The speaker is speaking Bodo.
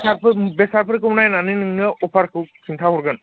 बेसादफोर बेसादफोरखौ नायनानै नोंनो अफारखौ खिन्थाहरगोन